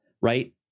right